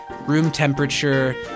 room-temperature